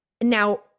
now